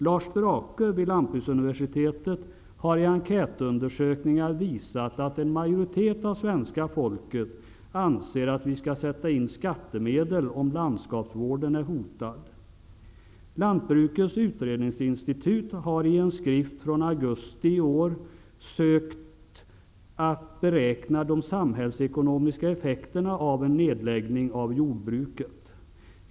Lars Drake vid Lantbruksuniversitet, SLU, har i enkätundersökningar visat att en majoritet av svenska folket anser att vi bör sätta in skattemedel om landskapsvården är hotad. Lantbrukets utredningsinstitut har enligt en skrift från augusti i år sökt beräkna de samhällsekonomiska effekterna av en nedläggning av jordbruket.